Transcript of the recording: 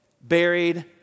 buried